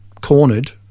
cornered